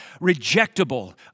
Rejectable